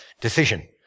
decision